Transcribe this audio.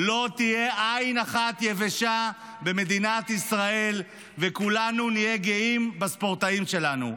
לא תהיה עין אחת יבשה במדינת ישראל וכולנו נהיה גאים בספורטאים שלנו.